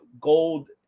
gold